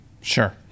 Sure